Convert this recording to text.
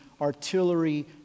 Artillery